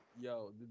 yo